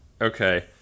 Okay